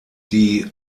die